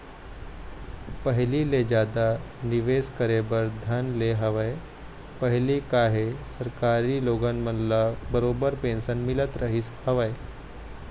पहिली ले जादा निवेश करे बर धर ले हवय पहिली काहे सरकारी लोगन मन ल बरोबर पेंशन मिलत रहिस हवय